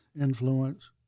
influence